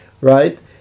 right